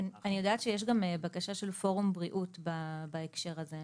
אני יודעת שיש גם בקשה של פורום בריאות בהקשר הזה.